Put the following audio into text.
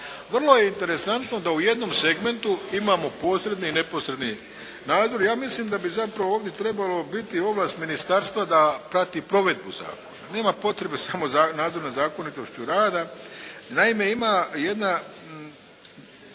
Vrlo je interesantno da u jednom segmentu imamo posredni i neposredni nadzor. Ja mislim da bi zapravo ovdje trebalo biti ovlast Ministarstva da prati provedbu zakona. Nema potrebe samo nadzor nad zakonitošću rada. Naime ima jedna